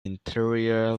interior